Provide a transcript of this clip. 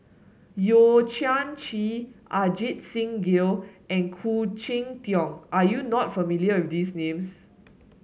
Yeo Kian Chye Ajit Singh Gill and Khoo Cheng Tiong are you not familiar with these names